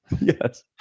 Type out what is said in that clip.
yes